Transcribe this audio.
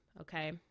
okay